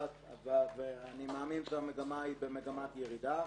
ואני מאמין שהמגמה היא מגמת ירידה,